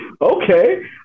Okay